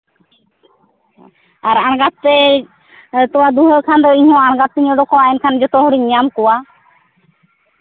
ᱟᱨ ᱟᱬᱜᱟᱛ ᱛᱮ ᱛᱳᱣᱟ ᱫᱩᱸᱦᱟᱹᱣ ᱠᱷᱟᱱ ᱫᱚ ᱤᱧ ᱦᱚᱸ ᱟᱬᱜᱟᱛ ᱛᱮᱧ ᱚᱰᱚᱠᱚᱜᱼᱟ ᱮᱱᱠᱷᱟᱱ ᱡᱚᱛᱚ ᱦᱚᱲᱤᱧ ᱧᱟᱢ ᱠᱚᱣᱟ